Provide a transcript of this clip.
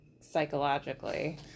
psychologically